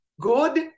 good